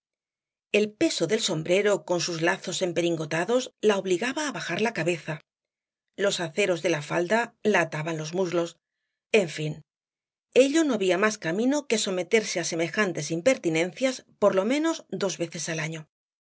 el peso del sombrero con sus lazos empingorotados la obligaba á bajar la cabeza los aceros de la falda la ataban los muslos en fin ello no había más camino que someterse á semejantes impertinencias por lo menos dos veces al año